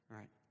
right